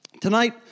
Tonight